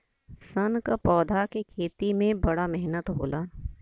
सन क पौधा के खेती में बड़ा मेहनत होला